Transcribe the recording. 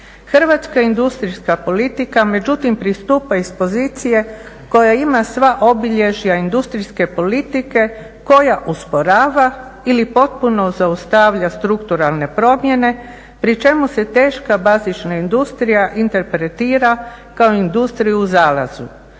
Hrvatska industrijska politika međutim pristupa s pozicije koja ima sva obilježja industrijske politike koja usporava ili potpuno zaustavlja strukturalne promjene pri čemu se teška bazična industrija interpretira kao industrija u zalazu.